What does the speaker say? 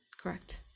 Correct